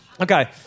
Okay